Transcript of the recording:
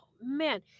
man